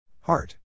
Heart